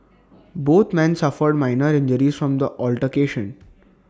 both men suffered minor injuries from the altercation